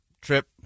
trip